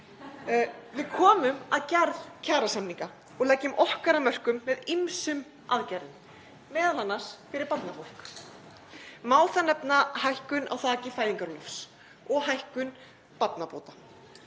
Við komum að gerð kjarasamninga og leggjum okkar af mörkum með ýmsum aðgerðum, m.a. fyrir barnafólk. Má þar nefna hækkun á þaki fæðingarorlofs og hækkun barnabóta.